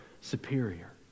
superior